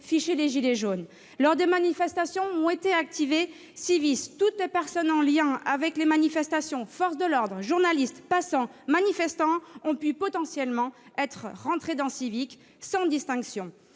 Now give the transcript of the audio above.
ficher les « gilets jaunes ». Lors des manifestations où Sivic a été activé, toutes les personnes en lien avec les manifestations- forces de l'ordre, journalistes, passants et manifestants -ont pu potentiellement être entrées dans le fichier, sans distinction.